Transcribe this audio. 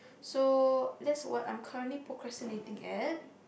so that's what I'm currently procrastinating at